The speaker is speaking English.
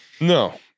No